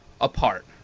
apart